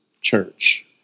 church